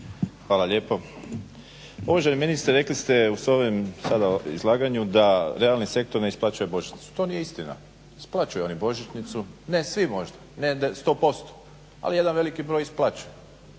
Hvala lijepo. Uvaženi ministre, rekli ste u svojem sada izlaganju da realni sektor ne isplaćuje božićnicu. To nije istina. Isplaćuju oni božićnicu, ne svim možda, ne sto posto, ali jedan veliki broj isplaćuju.